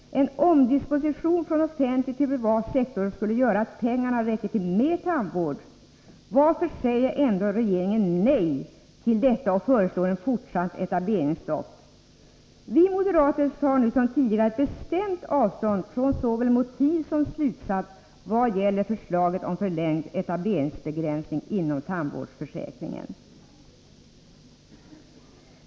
En omdisposition från offentlig till privat sektor skulle göra att pengarna räckte till mer tandvård. Varför säger regeringen nej till detta och föreslår fortsatt etableringsstopp? Vi moderater tar nu som tidigare ett bestämt avstånd från såväl motivering som slutsats vad gäller förslaget till förlängd etableringsbegränsning inom tandvårdsförsäkringen.